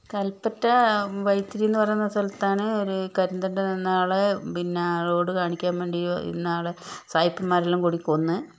കൽപ്പറ്റ വൈത്തിരി എന്ന് പറയുന്ന സ്ഥലത്താണ് ഒരു കരിന്തണ്ടൻ എന്ന ആളെ പിന്നെ റോഡ് കാണിക്കാൻ വേണ്ടി വന്നയാളെ സായിപ്പ്മാരെല്ലാം കൂടി കൊന്ന്